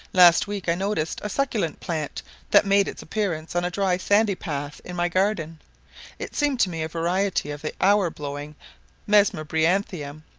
last week i noticed a succulent plant that made its appearance on a dry sandy path in my garden it seems to me a variety of the hour-blowing mesembryanthium.